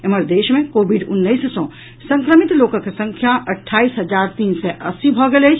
एम्हर देश मे कोविड उन्नैस सँ संक्रमित लोकक संख्या अट्ठाईस हजार तीन सय अस्सी भऽ गेल अछि